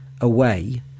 away